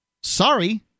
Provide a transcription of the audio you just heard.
Sorry